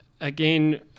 again